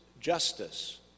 justice